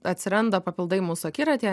atsiranda papildai mūsų akiratyje